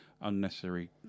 unnecessary